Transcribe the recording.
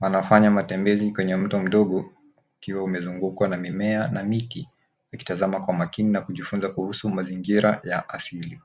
Wanafanya matembezi kwenye mto mdogo ukiwa umezungukwa na mimea na miti wakitazama kwa makini na kujifunza kuhusu mazingira ya asili.